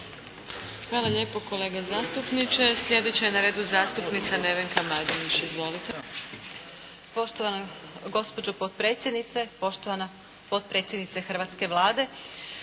Hvala lijepo kolega zastupniče. Slijedeća je na redu zastupnica Nevenka Majdenić. Izvolite. **Majdenić, Nevenka (HDZ)** Poštovana gospođo potpredsjednice, poštovana potpredsjednice hrvatske Vlade,